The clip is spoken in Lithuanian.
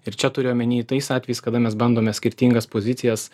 ir čia turiu omeny tais atvejais kada mes bandome skirtingas pozicijas